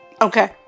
Okay